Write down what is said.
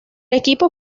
equipo